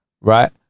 Right